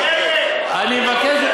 אני מבקש,